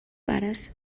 pares